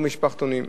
משפחתונים.